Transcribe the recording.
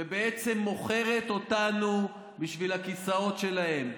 ומוכרת אותנו בשביל הכיסאות שלהם.